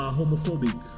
homophobic